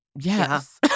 yes